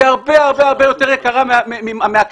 תהיה הרבה יותר יקרה מההקצאה,